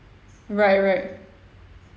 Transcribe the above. right right